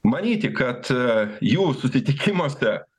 manyti kad aa jų susitikimuose